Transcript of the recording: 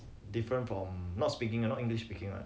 different from not speaking not english speaking lah